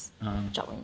a'ah